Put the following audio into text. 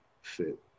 fit